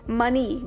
money